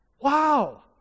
Wow